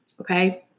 okay